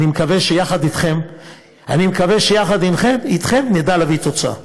אני מקווה שיחד אתכם נדע להביא תוצאה.